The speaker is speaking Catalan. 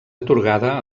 atorgada